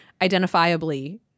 identifiably